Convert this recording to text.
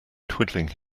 twiddling